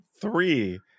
three